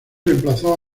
reemplazó